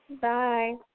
Bye